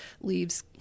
leaves